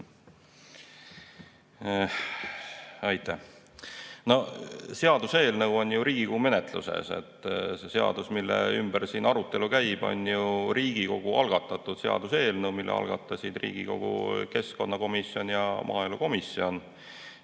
Aitäh! No seaduseelnõu on ju Riigikogu menetluses. See seadus, mille ümber siin arutelu käib, on ju Riigikogu algatatud seaduseelnõu, mille algatasid Riigikogu keskkonnakomisjon ja maaelukomisjon.